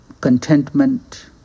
contentment